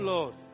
Lord